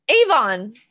avon